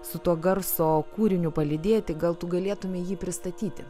su tuo garso kūriniu palydėti gal tu galėtumei jį pristatyti